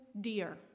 dear